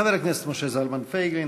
חבר הכנסת משה זלמן פייגלין,